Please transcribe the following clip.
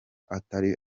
atari